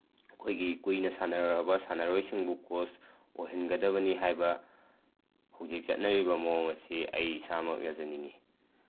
ꯑꯩꯈꯣꯏꯒꯤ ꯀꯨꯏꯅ ꯁꯥꯟꯅꯔꯛꯑꯕ ꯁꯥꯟꯅꯔꯣꯏꯁꯤꯡꯕꯨ ꯀꯣꯁ ꯑꯣꯏꯍꯟꯒꯗꯕꯅꯤ ꯍꯥꯏꯕ ꯍꯧꯖꯤꯛ ꯆꯠꯅꯔꯤꯕ ꯃꯑꯣꯡ ꯑꯁꯤ ꯑꯩ ꯏꯁꯥꯃꯛ ꯌꯥꯖꯅꯤꯡꯉꯤ